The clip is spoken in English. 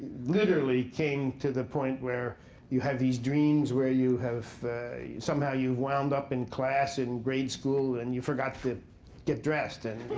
literally, came to the point where you have these dreams where you have somehow you've wound up in class in grade school and you forgot to get dressed. and